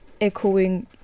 echoing